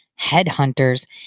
headhunters